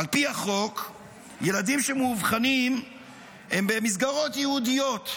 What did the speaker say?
ילדים שמאובחנים הם במסגרות ייעודיות,